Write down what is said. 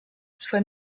soit